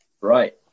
Right